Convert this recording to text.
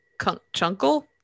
Chunkle